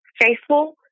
faithful